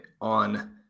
on